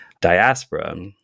diaspora